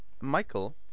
Michael